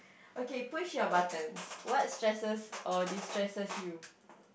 okay push your button what stresses or destresses you